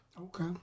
Okay